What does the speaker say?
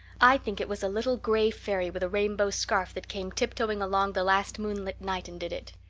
i think it was a little gray fairy with a rainbow scarf that came tiptoeing along the last moonlight night and did it.